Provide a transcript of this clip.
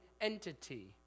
entity